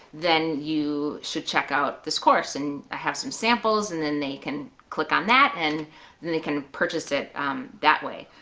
then you should check out this course and i have some samples, and then they can click on that, and then they can purchase it that way.